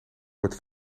wordt